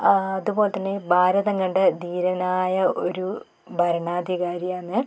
ആ അതുപോലെ തന്നെ ഈ ഭാരതം കണ്ട ധീരനായ ഒരു ഭരണാധികാരിയാണ്